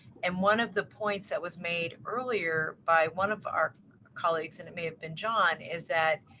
and one of the points that was made earlier by one of our colleagues and it may have been john is that